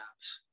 Apps